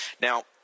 Now